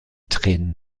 tränen